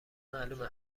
معلومه